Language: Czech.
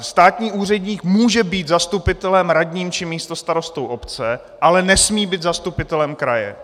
Státní úředník může být zastupitelem, radním či místostarostou obce, ale nesmí být zastupitelem kraje.